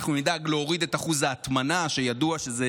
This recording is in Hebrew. ואנחנו נדאג להוריד את אחוז ההטמנה, שידוע שזה